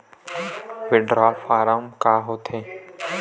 withdrawal form का होथेय